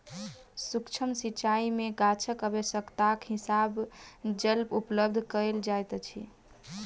सुक्ष्म सिचाई में गाछक आवश्यकताक हिसाबें जल उपलब्ध कयल जाइत अछि